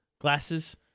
Glasses